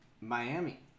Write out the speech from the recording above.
Miami